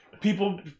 people